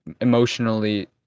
emotionally